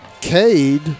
Cade